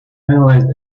analyzed